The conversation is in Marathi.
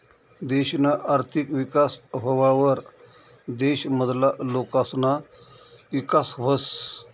देशना आर्थिक विकास व्हवावर देश मधला लोकसना ईकास व्हस